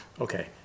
Okay